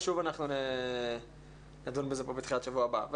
ושוב, אנחנו נדון בזה פה בתחילת השבוע הבא.